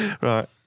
right